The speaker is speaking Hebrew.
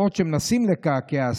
בעוד שמנסים לקעקע,